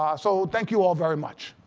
ah so thank you all very much.